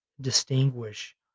distinguish